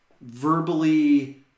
verbally